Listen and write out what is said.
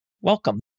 Welcome